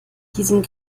diesem